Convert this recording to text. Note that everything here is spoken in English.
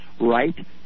right